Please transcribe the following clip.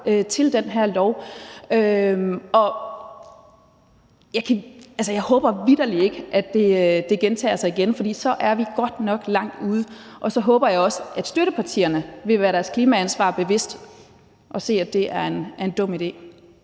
til den her lov. Jeg håber vitterlig ikke, at det gentager sig, for så er vi godt nok langt ude. Og så håber jeg også, at støttepartierne vil være deres klimaansvar bevidst og indse, at det er en dum idé.